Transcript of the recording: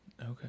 Okay